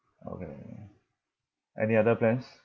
okay any other plans